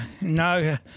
no